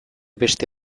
beste